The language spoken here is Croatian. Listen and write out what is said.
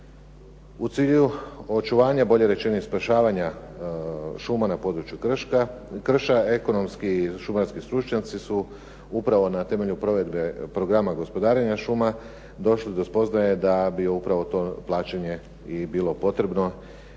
U cilju očuvanja, bolje rečeno sprječavanja šuma na području šuma ekonomski šumarski stručnjaci su upravo na temelju provedbe programa gospodarenja šuma došli do spoznaje da bi upravo to plaćanje i bilo potrebno